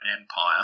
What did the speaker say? empire